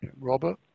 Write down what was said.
Robert